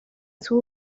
sus